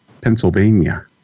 Pennsylvania